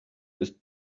ist